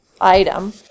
item